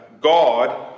God